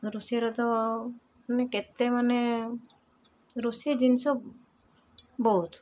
ରୋଷେଇରେ ତ ମାନେ କେତେ ମାନେ ରୋଷେଇ ଜିନିଷ ବହୁତ